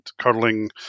curling